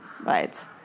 right